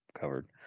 Covered